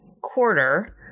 Quarter